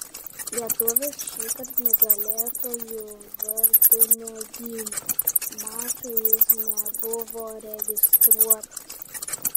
lietuvis šįkart nugalėtojų vartų negynė mačui jis nebuvo registruotas